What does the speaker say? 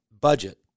budget